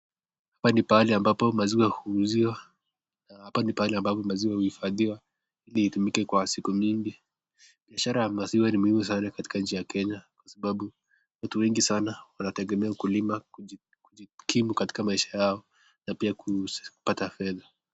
Hapa ni pahali ambapo maziwa huuziwa, hapa ni pahali ambapo maziwa huhifadhiwa ili itumike kwa siku mingi. Biashara ya maziwa ni muhimu sana katika nchi ya Kenya kwa sababu watu wengi sana wanategemea ukulima kujikimu katika maisha yao na pia kupata fedha.